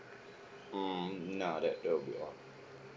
mm nah that that will be all